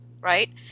right